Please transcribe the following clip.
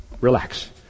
relax